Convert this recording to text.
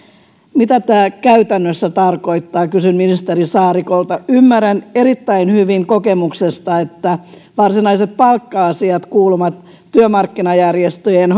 mitä tämä käytännössä tarkoittaa kysyn ministeri saarikolta ymmärrän erittäin hyvin kokemuksesta että varsinaiset palkka asiat kuuluvat työmarkkinajärjestöjen